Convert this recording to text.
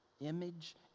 image